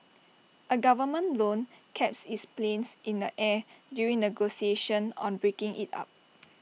A government loan kept its planes in the air during negotiations on breaking IT up